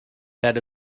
that